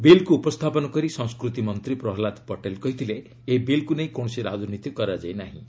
ବିଲ୍କୁ ଉପସ୍ଥାପନ କରି ସଂସ୍କୃତି ମନ୍ତ୍ରୀ ପ୍ରହଲ୍ଲାଦ ପଟେଲ୍ କହିଥିଲେ ଏହି ବିଲ୍କୁ ନେଇ କୌଣସି ରାଜନୀତି କରାଯାଇ ନାହିଁ